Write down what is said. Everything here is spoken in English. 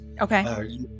Okay